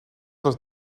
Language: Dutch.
was